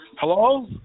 Hello